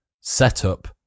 setup